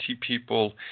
people